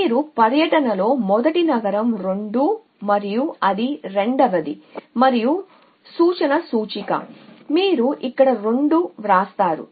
కాబట్టి మీ పర్యటనలో మొదటి నగరం 2 మరియు అది రెండవది మరియు రిఫరెన్స్ ఇండెక్స్ మీరు ఇక్కడ 2 వ్రాస్తారు